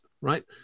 right